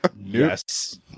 Yes